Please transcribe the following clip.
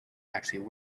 actually